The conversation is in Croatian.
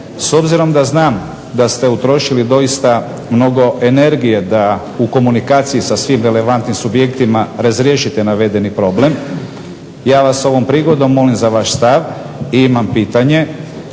S obzirom da znam da ste utrošili doista mnogo energije da u komunikaciji sa svi relevantnim subjektima razriješite ovaj problem, ja vas ovom prigodom molim za vaš stav i imam pitanje.